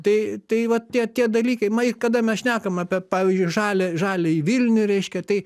tai tai vat tie tie dalykai mai kada mes šnekam apie pavyzdžiui žalią žaliąjį vilnių reiškia tai